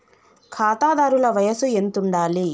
ఖాతాదారుల వయసు ఎంతుండాలి?